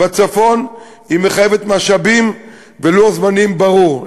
בצפון מחייבת משאבים ולוח זמנים ברור.